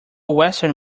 western